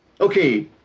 Okay